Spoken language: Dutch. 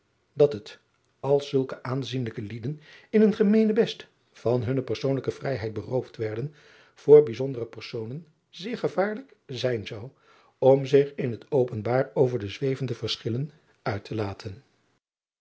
dat het als zulke aanzienlijke lieden in een emeenebest van hunne persoonlijke vrijheid beroofd werden voor bijzondere personen zeer gevaarlijk zijn zou om zich in het openbaar over de zwevende verschillen uit te laten